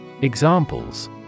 Examples